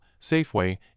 Safeway